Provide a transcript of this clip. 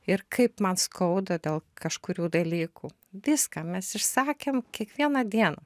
ir kaip man skauda dėl kažkurių dalykų viską mes išsakėm kiekvieną dieną